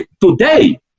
today